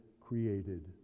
created